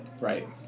Right